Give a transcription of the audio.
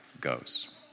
goes